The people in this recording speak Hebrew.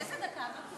איזה דקה?